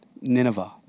Nineveh